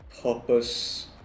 purpose